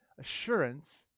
assurance